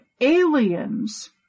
aliens